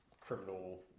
criminal